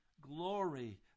Glory